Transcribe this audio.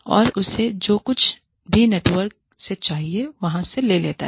और उसे जो कुछ भी नेटवर्क से चाहिए वहाँ से ले लेता है